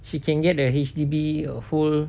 she can get a H_D_B or full